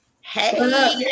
Hey